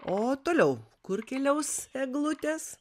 o toliau kur keliaus eglutės